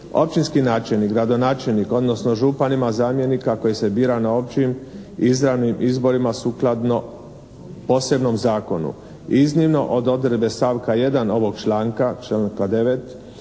"Općinski načelnik, gradonačelnik odnosno župan ima zamjenika koji se bira na općim izravnim izborima sukladno posebnom zakonu. Iznimno od odredbe stavka 1. ovog članka, članka 9.